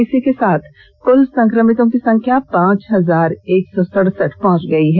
इसी के साथ कुल संकमितों की संख्या पांच हजार एक सौ सड़सठ पहुंच गयी है